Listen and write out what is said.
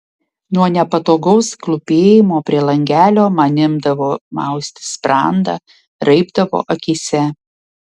nuo nepatogaus klūpėjimo prie langelio man imdavo mausti sprandą raibdavo akyse